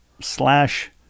Slash